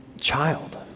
child